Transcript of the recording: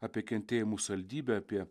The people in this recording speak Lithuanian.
apie kentėjimų saldybę apie